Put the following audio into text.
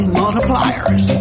multipliers